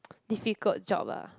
difficult job ah